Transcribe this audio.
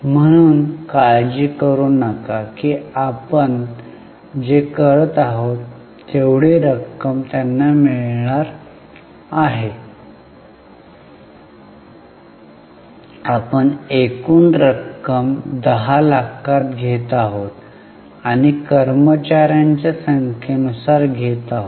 म्हणून काळजी करू नका की आपण जे करत आहोत तेवढी रक्कम त्यांना मिळणार नाही आपण एकूण रक्कम दहा लाखांत घेत आहोत आणि कर्मचार्यांच्या संख्ये नुसार घेत आहोत